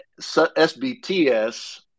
SBTS